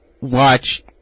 watch